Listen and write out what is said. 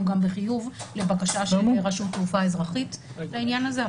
גם בחיוב לרשות התעופה האזרחית לעניין הזה,